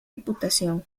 reputación